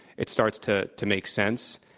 it starts to to make sense.